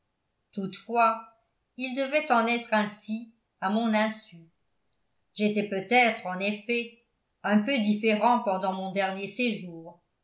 toutefois il devait en être ainsi à mon insu j'étais peut-être en effet un peu différent pendant mon dernier séjour